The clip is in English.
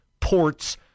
ports